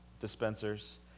dispensers